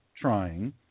trying